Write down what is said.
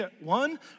one